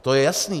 To je jasné.